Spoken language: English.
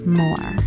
more